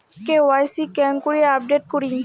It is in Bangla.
কে.ওয়াই.সি কেঙ্গকরি আপডেট করিম?